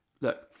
look